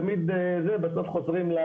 תמיד חוזרים,